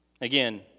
Again